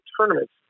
tournaments